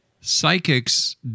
psychics